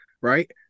right